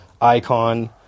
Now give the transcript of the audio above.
icon